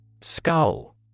Skull